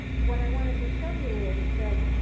what i wanted to show you is that,